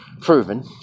proven